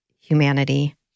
humanity